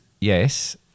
yes